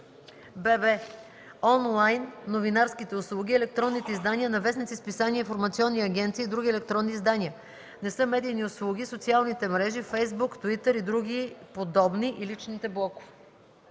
бб) онлайн новинарските услуги – електронните издания на вестници, списания, информационни агенции и други електронни издания. Не са медийни услуги социалните мрежи – фейсбук, туитър и други подобни, и личните блогове.